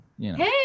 Hey